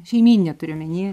šeimyninė turiu omeny